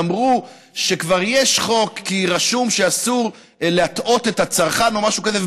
אמרו שכבר יש חוק כי רשום שאסור להטעות את הצרכן או משהו כזה,